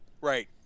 Right